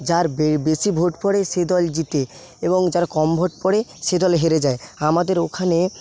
যার বেশি ভোট পড়ে সে দল জেতে এবং যার কম ভোট পড়ে সে দল হেরে যায় আমাদের ওখানে